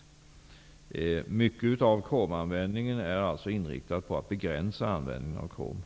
Mycket av kromanvändningen är alltså inriktat på att begränsa användningen av krom.